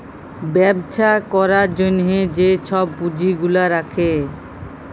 ব্যবছা ক্যরার জ্যনহে যে ছব পুঁজি গুলা রাখে